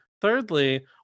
thirdly